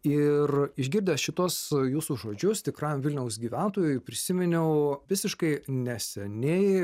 ir išgirdęs šituos jūsų žodžius tikram vilniaus gyventojui prisiminiau visiškai neseniai